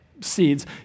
seeds